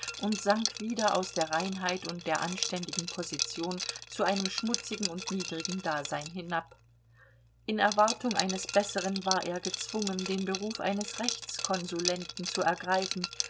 und sank wieder aus der reinheit und der anständigen position zu einem schmutzigen und niedrigen dasein hinab in erwartung eines besseren war er gezwungen den beruf eines rechtskonsulenten zu ergreifen